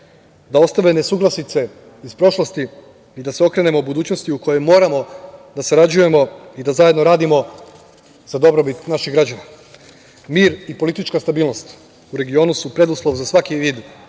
da ostave nesuglasice iz prošlosti, i da se okrenemo budućnosti u kojoj moramo da sarađujemo i da zajedno radimo za dobrobit naših građana. Mir i politička stabilnost, u regionu, su preduslov za svaki vid